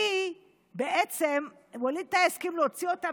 כי בעצם ווליד טאהא הסכים להוציא אותן